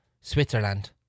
Switzerland